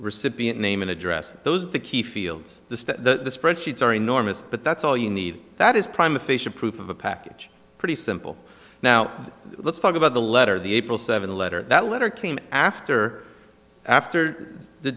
recipient name and address those the key fields the spread sheets are enormous but that's all you need that is prime official proof of a package pretty simple now let's talk about the letter the april seventh letter that letter came after after the